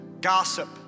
gossip